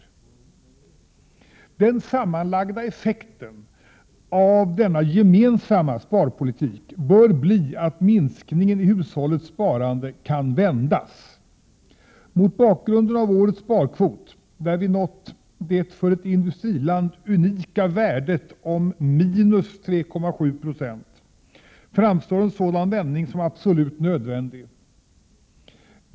Den sammanlagda effekten av denna gemensamma sparpolitik bör bli att minskningen i hushållens sparande kan vändas. Mot bakgrund av årets sparkvot — där vi nått det för ett industriland unika värdet minus 3,7 Jo — framstår en sådan vändning som absolut nödvändig.